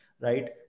right